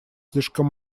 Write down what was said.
слишком